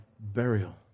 Burial